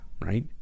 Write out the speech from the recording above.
Right